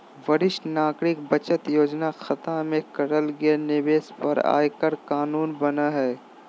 वरिष्ठ नागरिक बचत योजना खता में करल गेल निवेश पर आयकर कानून बना हइ